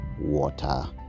water